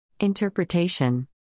interpretation